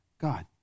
God